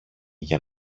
για